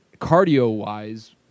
cardio-wise